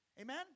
Amen